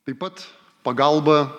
taip pat pagalbą